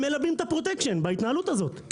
הם מלבים את הפרוטקשן בהתנהלות הזאת,